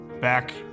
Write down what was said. Back